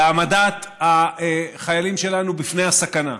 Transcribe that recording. בהעמדת החיילים שלנו בפני הסכנה.